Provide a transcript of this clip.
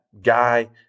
guy